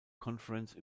conference